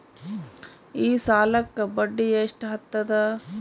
ಈ ಸಾಲಕ್ಕ ಬಡ್ಡಿ ಎಷ್ಟ ಹತ್ತದ?